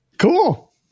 Cool